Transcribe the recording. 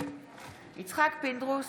יצחק פינדרוס,